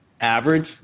average